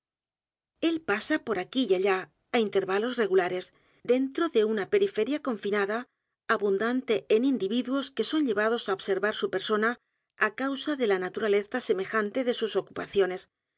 él el pasa p o r aquí y allá á intervalos r e g u l a r e s dentro de una periferia confinada abundante en i n d i viduos que son llevados á observar su persona á causa de la naturaleza semejante de sus ocupaciones